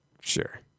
Sure